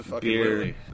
beer